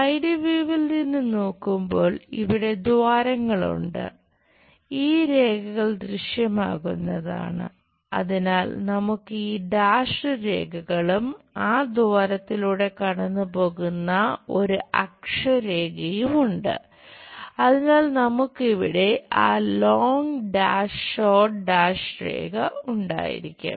side വ്യൂവിൽ രേഖ ഉണ്ടായിരിക്കും